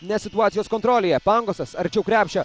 ne situacijos kontrolėje pangosas arčiau krepšio